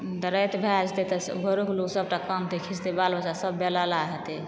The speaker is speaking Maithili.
राति भय जेतै तऽ घरो के लोक सभ तऽ कानतै खीझतै बालो बच्चा सभ बेलाला हेतै